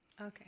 Okay